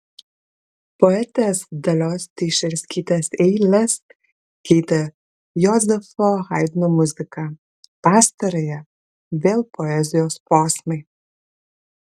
poetės dalios teišerskytės eiles keitė jozefo haidno muzika pastarąją vėl poezijos posmai